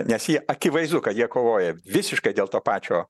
nes jie akivaizdu kad jie kovoja visiškai dėl to pačio